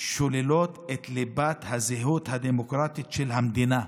"שוללים את ליבת הזהות הדמוקרטית של המדינה,